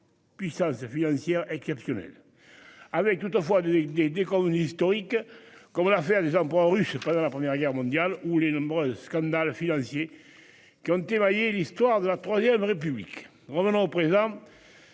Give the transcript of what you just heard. Puissance financière exceptionnelle, avec toutefois des des des communes historiques comme l'affaire des emprunts russes. C'est pas dans la première guerre mondiale où les nombreux scandales financiers. Qui ont émaillé l'histoire de la IIIe République, revenons au présent.